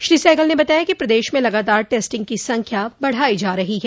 श्री सहगल ने बताया कि प्रदेश में लगातार टेस्टिंग की संख्या बढ़ाई जा रही है